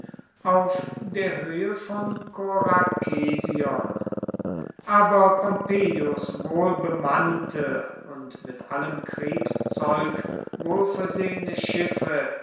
auf der höhe von korakesion aber pompeius wohlbemannte und mit allem kriegszeug wohlversehene schiffe